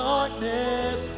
Darkness